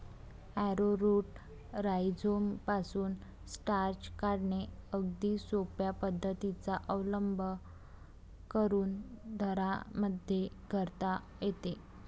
arrowroot राईझोमपासून starch काढणे अगदी सोप्या पद्धतीचा अवलंब करून घरांमध्येही करता येते